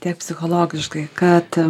tiek psichologiškai kad